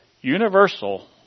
universal